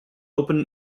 open